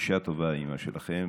אישה טובה, האימא שלכם.